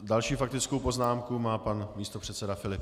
Další faktickou poznámku má pan místopředseda Filip.